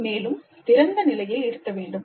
மேலும் திறந்த நிலையில் இருக்க வேண்டும்